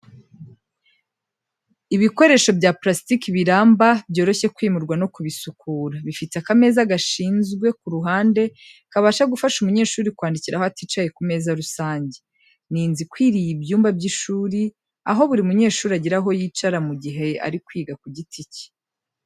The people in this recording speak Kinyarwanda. Ibikoresho bya purasitiki biramba, byoroshye kwimurwa no kubisukura. Bifite akameza gashinzwe ku ruhande, kabasha gufasha umunyeshuri kwandikiraho aticaye ku meza rusange. Ni inzu ikwiriye ibyumba by’ishuri, aho buri munyeshuri agira aho yicara mu gihe ari kwiga ku giti cye.